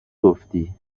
گفتی